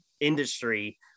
industry